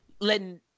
letting